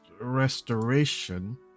restoration